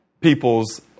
people's